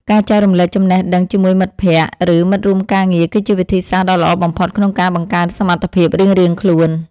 ការចែករំលែកចំណេះដឹងជាមួយមិត្តភក្តិ ឬមិត្តរួមការងារ គឺជាវិធីសាស្ត្រដ៏ល្អបំផុតក្នុងការបង្កើនសមត្ថភាពរៀងៗខ្លួន។